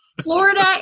Florida